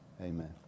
amen